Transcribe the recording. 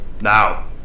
Now